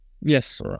Yes